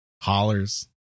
hollers